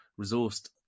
resourced